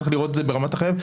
צריך לראות את זה ברמת החייב,